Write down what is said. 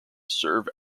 serve